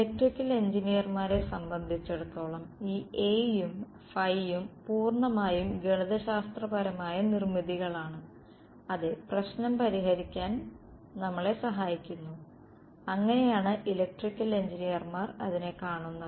electrical എഞ്ചിനീയർമാരെ സംബന്ധിച്ചിടത്തോളം ഈ A യുംയും പൂർണ്ണമായും ഗണിതശാസ്ത്രപരമായ നിർമ്മിതികളാണ് അതെ പ്രശനം പരിഹരിക്കാൻ നമ്മളെ സഹായിക്കുന്നു അങ്ങനെയാണ് ഇലക്ട്രിക്കൽ എഞ്ചിനീയർമാർ അതിനെ കാണുന്നത്